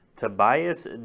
tobias